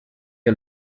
are